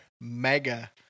Mega